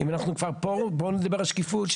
בוא נדבר בשקיפות.